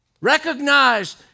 Recognize